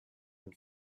been